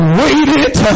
waited